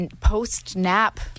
post-nap